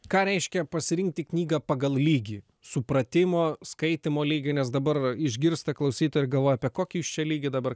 ką reiškia pasirinkti knygą pagal lygį supratimo skaitymo lygį nes dabar išgirsta klausytojai ir galvoja apie kokį jūs čia lygį dabar